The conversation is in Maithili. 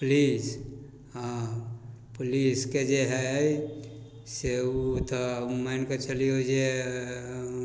पुलिस हँ पुलिसके जे हइ से ओ तऽ मानिके चलिऔ जे